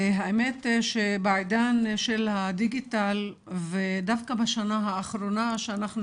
האמת שבעידן של הדיגיטל ודווקא בשנה האחרונה שאנחנו